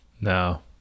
No